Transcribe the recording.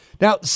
Now